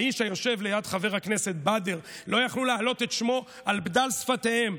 האיש היושב ליד חבר הכנסת באדר לא יכלו להעלות את שמו על דל שפתיהם.